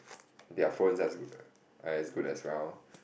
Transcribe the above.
their phones as good are as good as round